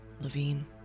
Levine